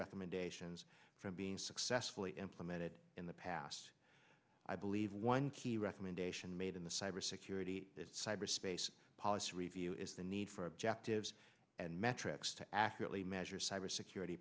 recommendations from being successfully implemented in the past i believe one key recommendation made in the cybersecurity cyber space policy review is the need for objectives and metrics to accurately measure cyber security